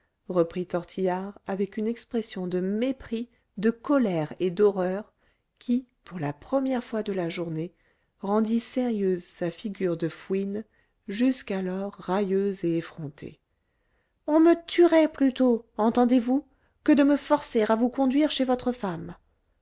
reprit tortillard avec une expression de mépris de colère et d'horreur qui pour la première fois de la journée rendit sérieuse sa figure de fouine jusqu'alors railleuse et effrontée on me tuerait plutôt entendez-vous que de me forcer à vous conduire chez votre femme